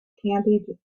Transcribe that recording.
candied